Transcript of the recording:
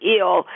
ill